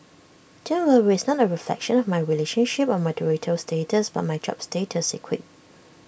don't worry it's not A reflection of my relationship or marital status but my job status he quipped